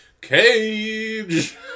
Cage